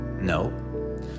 No